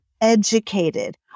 educated